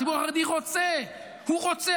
הציבור החרדי רוצה, הוא רוצה.